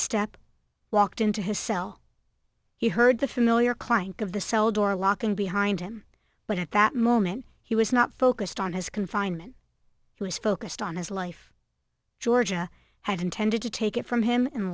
step walked into his cell he heard the familiar klein of the cell door locking behind him but at that moment he was not focused on his confinement he was focused on his life georgia had intended to take it from him in